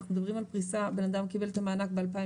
אנחנו על פריסה, בן אדם קיבל את המענק ב-2020,